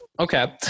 Okay